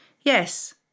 Yes